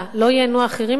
לא ייהנו אחרים מזה?